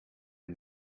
and